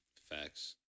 Facts